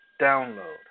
Download